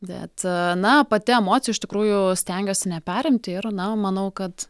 bet na pati emocijų iš tikrųjų stengiuosi neperimti ir na manau kad